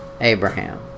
Abraham